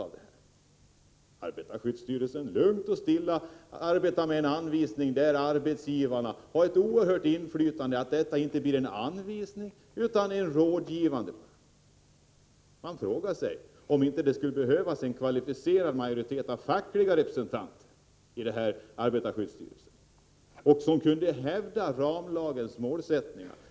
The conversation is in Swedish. Arbetarskyddsstyrelsen utfärdar lugnt och stilla anvisningar, där arbetsgivarna har ett oerhört inflytande så att anvisningarna bara blir rådgivande. Man frågar sig om det inte skulle behövas en kvalificerad majoritet av fackliga representanter i arbetarskyddsstyrelsen, som kunde hävda ramlagens målsättningar.